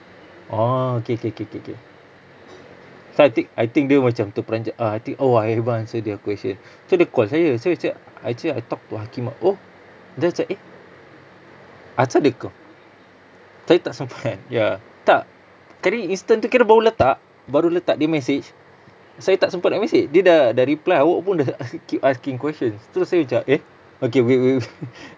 oh okay K K K K so I think I think dia macam terperanjat ah I think oh I haven't answer their question so dia call saya saya ca~ dia cakap actually I talked to hakimmah oh then I macam eh asal dia call saya tak sempat ya tak kari instant tu kira baru letak baru letak dia message saya tak sempat nak message dia dah dah reply awak pun dah k~ keep asking questions terus saya macam eh okay w~ w~ wait